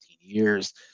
years